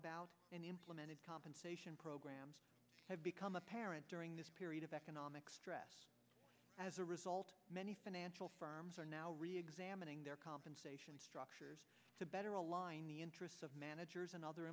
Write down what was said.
about and implemented compensation programs have become apparent during this period of economic stress as a result many financial firms are now reexamining their compensation structures to better align the interests of managers and other